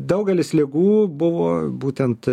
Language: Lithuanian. daugelis ligų buvo būtent